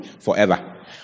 forever